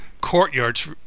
courtyards